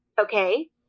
Okay